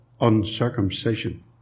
uncircumcision